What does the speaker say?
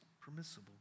permissible